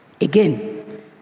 Again